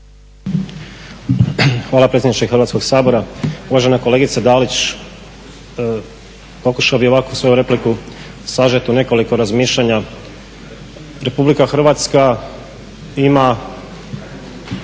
Hvala predsjedniče Hrvatskog sabora. Uvažena kolegice Dalić, pokušao bih ovako svoju repliku sažet u nekoliko razmišljanja. RH ima,